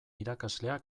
irakaslea